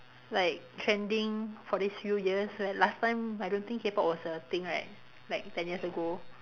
like trending for these few years like last time I don't think K-pop was a thing right like ten years ago